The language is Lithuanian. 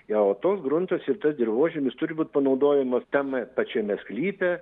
jo o tas gruntus ir tas dirvožemis turi būti panaudojamas tame pačiame sklype